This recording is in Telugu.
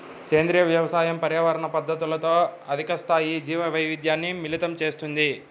సేంద్రీయ వ్యవసాయం పర్యావరణ పద్ధతులతో అధిక స్థాయి జీవవైవిధ్యాన్ని మిళితం చేస్తుంది